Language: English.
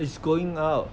is going out